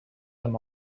them